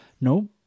No